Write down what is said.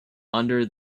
under